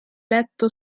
letto